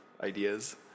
ideas